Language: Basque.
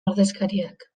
ordezkariak